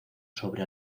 sobre